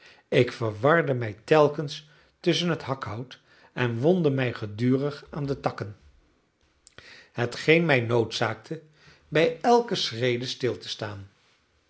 ik verwarde mij telkens tusschen het hakhout en wondde mij gedurig aan de takken hetgeen mij noodzaakte bij elke schrede stil te staan